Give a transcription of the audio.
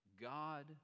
God